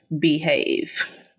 Behave